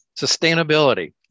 Sustainability